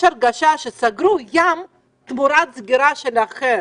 יש הרגשה שסגרו את הים תמורת סגירה של משהו אחר.